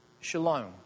Shalom